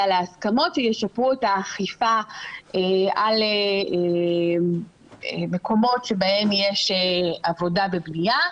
להסכמות שישפרו את האכיפה על מקומות שבהם יש עבודה בבנייה,